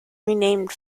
renamed